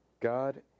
God